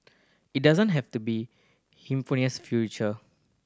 it doesn't have to be hemisphere's future